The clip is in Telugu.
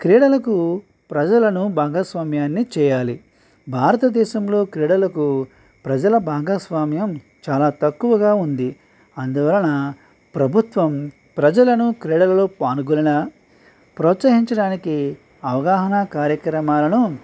క్రీడలకు ప్రజలను భాగస్వామ్యాన్ని చేయాలి భారతదేశంలో క్రీడలకు ప్రజల బాగా స్వామ్యం చాలా తక్కువగా ఉంది అందువలన ప్రభుత్వం ప్రజలను క్రీడలలో పాల్గొనెలా ప్రోత్సహించడానికి అవగాహన కార్యక్రమాలను